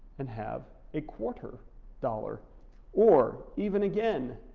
and have a quarter dollar or even again